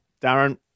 Darren